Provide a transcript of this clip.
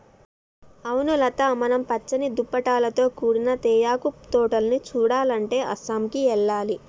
అవును లత మనం పచ్చని దుప్పటాలతో కూడిన తేయాకు తోటలను సుడాలంటే అస్సాంకి ఎల్లాలి